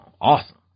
Awesome